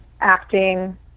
acting